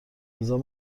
هزار